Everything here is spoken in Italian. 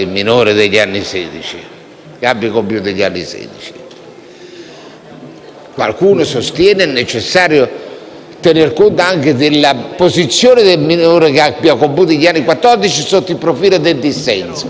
Qualcuno sostiene sia necessario tener conto anche della posizione del minore che abbia compiuto gli anni quattordici sotto il profilo del dissenso. Io mi sono limitato alla cosa più evidente: